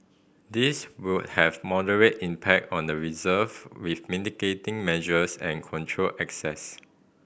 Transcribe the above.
these would have moderate impact on the reserve with mitigating measures and controlled access